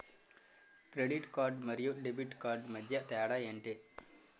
Credit card మరియు debit card మధ్య తేడా ఎంటి?